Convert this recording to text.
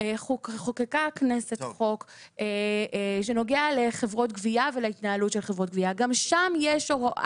חוקקה הכנסת חוק שנוגע לחברות גבייה ולהתנהלות של חברות גבייה.